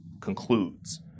concludes